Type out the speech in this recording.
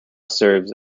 serves